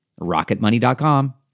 rocketmoney.com